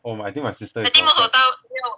oh I think my sister is homed